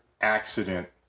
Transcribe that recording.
accident